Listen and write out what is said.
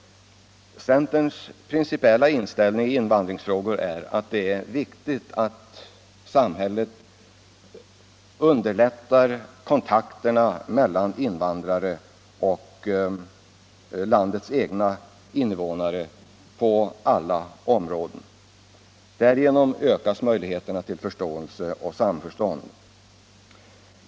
Centerns principiella inställning i invandringsfrågor är att det är viktigt att samhället underlättar kontakterna på alla områden mellan invandrare och landets egna invånare. Därigenom ökas möjligheterna till förståelse och samförstånd.